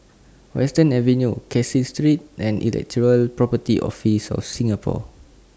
Western Avenue Caseen Street and Intellectual Property Office of Singapore